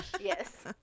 yes